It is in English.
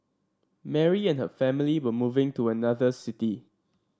Mary and her family were moving to another city